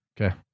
Okay